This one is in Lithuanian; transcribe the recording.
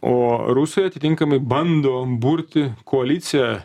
o rusai atitinkamai bando burti koaliciją